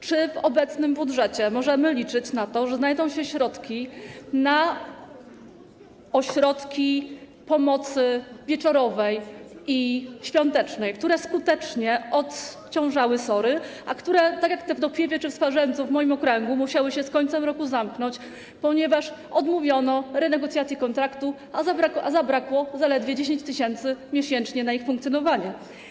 Czy w obecnym budżecie możemy liczyć na to, że znajdą się środki na ośrodki pomocy wieczorowej i świątecznej, które skutecznie odciążały SOR-y, a które, tak jak te w Dopiewie czy w Swarzędzu, w moim okręgu, musiały się z końcem roku zamknąć, ponieważ odmówiono renegocjacji kontraktu, a zabrakło zaledwie 10 tys. miesięcznie na ich funkcjonowanie?